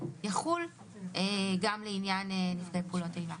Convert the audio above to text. יחול גם לעניין נפגעי פעולות איבה.